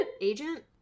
Agent